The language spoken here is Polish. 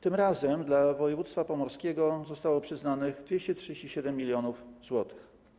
Tym razem dla województwa pomorskiego zostało przyznanych 237 mln zł.